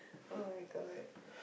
oh-my-god